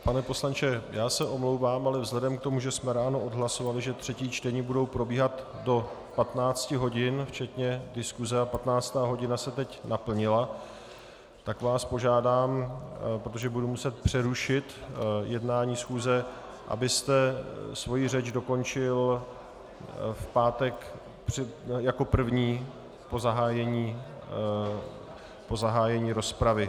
Pane poslanče, já se omlouvám, ale vzhledem k tomu, že jsme ráno odhlasovali, že třetí čtení budou probíhat do 15 hodin včetně diskuse, a 15. hodina se teď naplnila, tak vás požádám, protože budu muset přerušit jednání schůze, abyste svoji řeč dokončil v pátek jako první po zahájení rozpravy.